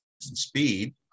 speed